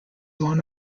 one